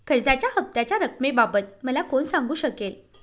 कर्जाच्या हफ्त्याच्या रक्कमेबाबत मला कोण सांगू शकेल?